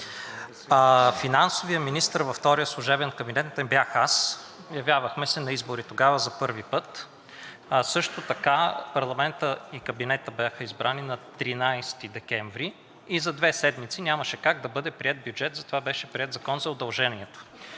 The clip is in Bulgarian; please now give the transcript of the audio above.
финансовият министър във втория служебен кабинет не бях аз, явявахме се на избори тогава за първи път. А също така парламентът и кабинетът бяха избрани на 13 декември и за две седмици нямаше как да бъде приет бюджет, затова беше приет закон за удължението.